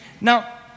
Now